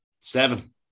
Seven